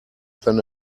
than